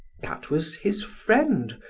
that was his friend,